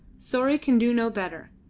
sorry can do no better.